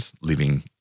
living